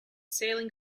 sailing